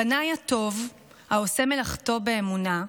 הבנאי הטוב, העושה מלאכתו באמונה,